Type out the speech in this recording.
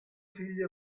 figlie